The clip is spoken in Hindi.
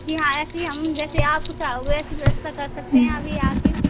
जी हाँ ऐसे ही हम जैसे आप चाहोगे वैसी व्यवस्था कर सकते हैं अभी आकर